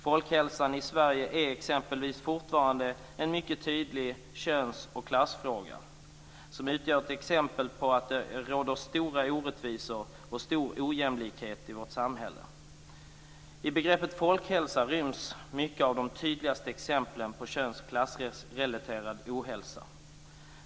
Folkhälsan i Sverige är exempelvis fortfarande en mycket tydlig köns och klassfråga som utgör ett exempel på att det råder stora orättvisor och stor ojämlikhet i vårt samhälle. I begreppet folkhälsa ryms många av de tydligaste exemplen på köns och klassrelaterad ohälsa.